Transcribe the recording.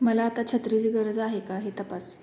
मला आता छत्रीची गरज आहे का हे तपास